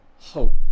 hope